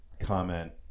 comment